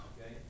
Okay